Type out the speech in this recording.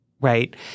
right